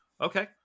Okay